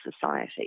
Society